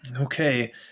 Okay